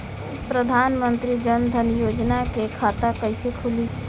प्रधान मंत्री जनधन योजना के खाता कैसे खुली?